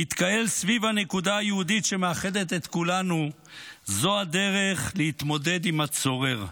להתקהל סביב הנקודה היהודית המאחדת את כולנו זו הדרך להתמודד עם הצורר.